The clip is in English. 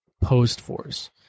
Post-force